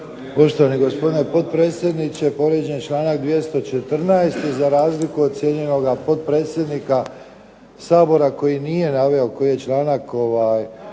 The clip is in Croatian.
Poštovani gospodine potpredsjedniče povrijeđen je članak 214. za razliku od cijenjenoga potpredsjednika Sabora koji nije naveo koji je članak povrijeđen.